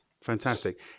fantastic